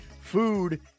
food